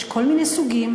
יש כל מיני סוגים.